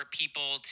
people